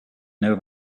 know